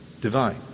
divine